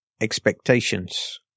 Expectations